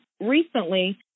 recently